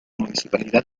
municipalidad